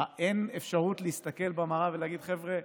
מה, אין אפשרות להסתכל במראה ולהגיד: חבר'ה,